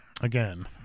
again